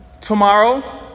Tomorrow